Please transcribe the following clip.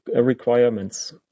requirements